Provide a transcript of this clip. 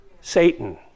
Satan